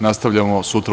Nastavljamo sutra u